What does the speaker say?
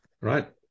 right